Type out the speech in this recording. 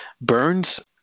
Burns